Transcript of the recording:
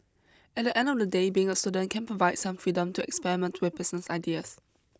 at the end of the day being a student can provide some freedom to experiment with business ideas